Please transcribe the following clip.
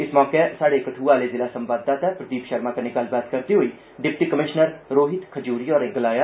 इस मौके स्हाडे कठुआ आले ज़िला संवाददाता प्रदीप षर्मा कन्नै गल्लबात करदे होई डिप्टी कमीषनर रोहित खजूरिया होरें गलाया